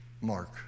Mark